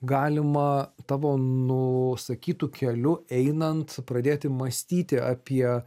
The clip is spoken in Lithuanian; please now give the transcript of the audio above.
galima tavo nusakytu keliu einant pradėti mąstyti apie